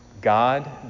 God